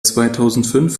zweitausendfünf